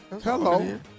Hello